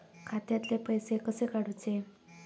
खात्यातले पैसे कसे काडूचे?